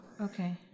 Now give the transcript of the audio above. okay